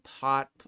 pot